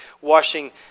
washing